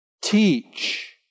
teach